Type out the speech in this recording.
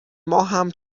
ماهم